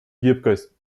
гибкость